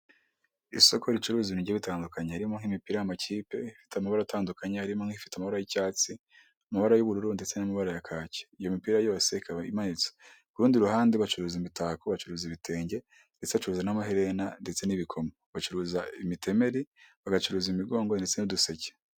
Isoko ricuruza ibigiye bitandukanye harimo nk'imipira amakipe ifite amabara atandukanye arimo nk'ifite amara y'icyatsi, amabara y'ubururu ndetse n'amabara ya kaki. Iyo mipira yose ikaba imanitse ku rundi ruhande bacuruza imitako, bacuruza ibitenge ndetse bacuruza n'amaherena ndetse n'ibikomo, bacuruza imitemeri, bagacuruza imigongo ndetse n'duseke.